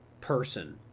person